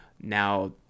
now